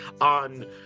on